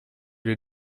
les